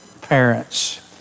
parents